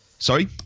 Sorry